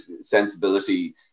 sensibility